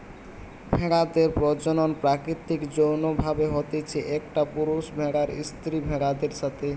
ভেড়াদের প্রজনন প্রাকৃতিক যৌন্য ভাবে হতিছে, একটা পুরুষ ভেড়ার স্ত্রী ভেড়াদের সাথে